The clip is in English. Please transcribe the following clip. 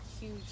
huge